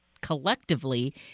collectively